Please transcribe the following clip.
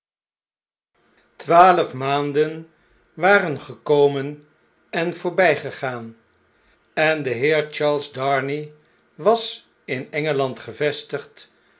twaalf maanden waren gekomen envoorbjjgegaan en de heer charles darnay was in e